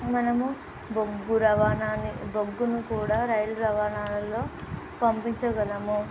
మనము బొగ్గు రవాణాన్ని బొగ్గును కూడా రైలు రవాణాలల్లో పంపించగలము